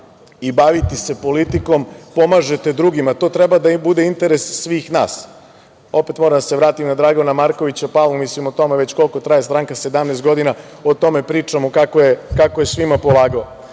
I baviti se politikom, pomažete drugima i to treba da bude interes svih nas. Opet moram da se vratim na Dragana Markovića Palmu, stranka koja traje već 17 godina, o tome pričamo, kako je svima pomagao. Kada